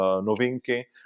novinky